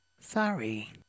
Sorry